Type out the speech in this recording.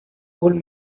old